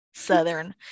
Southern